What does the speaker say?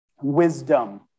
wisdom